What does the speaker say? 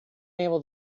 able